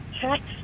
text